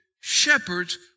shepherds